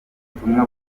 ubutumwa